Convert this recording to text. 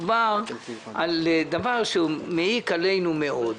מדובר על דבר שהוא מעיק עלינו מאוד.